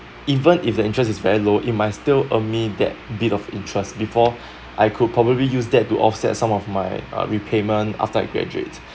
even if the interest is very low it might still earn me that bit of interest before I could probably use that to offset some of my uh repayment after I graduate